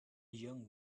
young